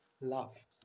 love